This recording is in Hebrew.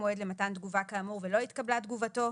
המועד למתן תגובה כאמור ולא התקבלה תגובתו,